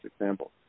example